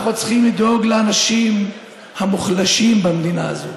אנחנו צריכים לדאוג לאנשים המוחלשים במדינה הזאת,